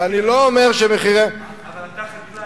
ואני לא אומר שמחירי, אבל אתה חקלאי,